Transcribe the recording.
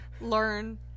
learn